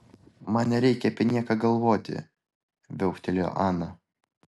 man nereikia apie nieką galvoti viauktelėjo ana